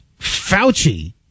Fauci